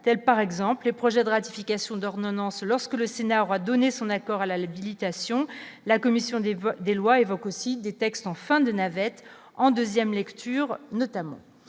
tels par exemple les projet de ratification d'ordonnances lorsque le Sénat aura donné son accord à la Libye, liquidation, la commission des des lois évoque aussi des textes en fin de navette en 2ème lecture notamment